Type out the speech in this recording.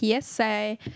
PSA